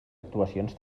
actuacions